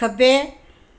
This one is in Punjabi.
ਖੱਬੇ